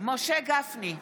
משה גפני,